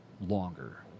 longer